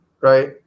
right